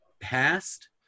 past